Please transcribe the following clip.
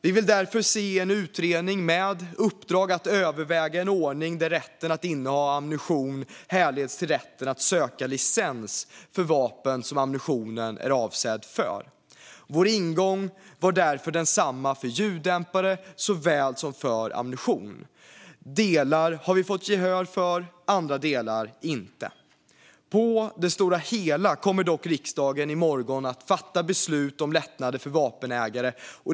Vi vill därför se en utredning med uppdrag att överväga en ordning där rätten att inneha ammunition härleds till rätten att söka licens för vapen som ammunitionen är avsedd för. Vår ingång var densamma för ljuddämpare som för ammunition. Delar har vi fått gehör för, andra delar inte. På det stora hela kommer dock riksdagen i morgon att fatta beslut om lättnader för vapenägare.